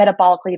metabolically